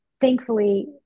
thankfully